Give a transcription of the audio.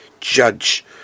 judge